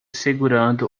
segurando